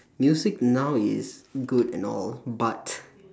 music now is good and all but